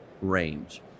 range